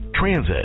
transit